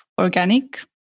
organic